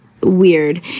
weird